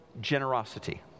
generosity